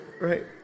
Right